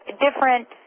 different